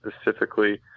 specifically